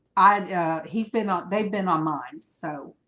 i he's been on they've been online so